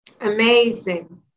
Amazing